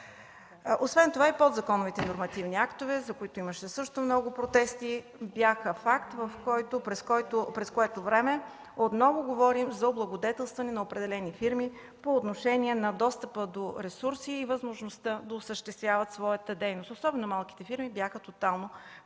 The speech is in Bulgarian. Освен това и подзаконовите нормативни актове, за които също имаше много протести, бяха факт, през което време отново говорим за облагодетелстване на определени фирми по отношение на достъпа до ресурси и възможността да осъществяват своята дейност, особено малките фирми бяха тотално пренебрегнати.